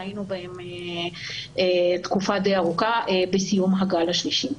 שהיינו בהם תקופה די ארוכה בסיום הגל השלישי,